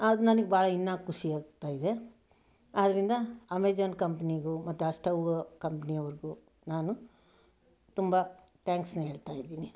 ಆಗ ನನಗೆ ಭಾಳ ಇನ್ನೂ ಖುಷಿ ಆಗ್ತಾ ಇದೆ ಆದ್ದರಿಂದ ಅಮೆಜಾನ್ ಕಂಪ್ನಿಗೂ ಮತ್ತಾ ಸ್ಟೌವ ಕಂಪ್ನಿಯವ್ರಿಗೂ ನಾನು ತುಂಬ ಥ್ಯಾಂಕ್ಸನ್ನು ಹೇಳ್ತಾ ಇದ್ದೀನಿ